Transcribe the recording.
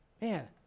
Man